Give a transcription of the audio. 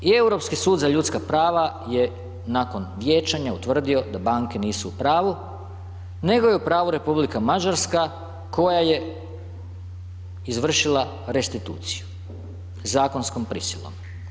I Europski sud za ljudska prava je nakon vijećanja utvrdio da banke nisu u pravu nego je u pravu Republika Mađarska koja je izvršila restituciju zakonskom prisilom.